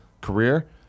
career